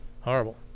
horrible